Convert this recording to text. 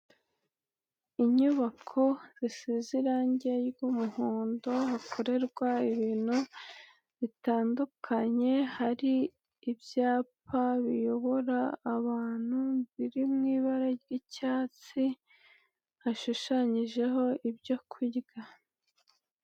Inyubako zisize irangi ry'umuhondo, hakorerwa ibintu bitandukanye, hari ibyapa biyobora abantu, biri mu ibara ry'icyatsi, hashushanyijeho ibyo kurya.